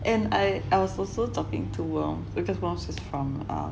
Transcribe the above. and I I was also talking to wong because wong is from err